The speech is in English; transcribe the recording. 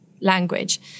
language